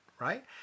right